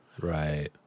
Right